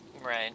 Right